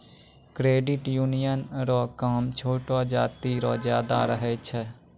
credit union रो काम छोटो जाति रो ज्यादा रहै छै